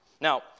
Now